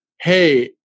hey